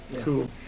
Cool